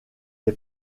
est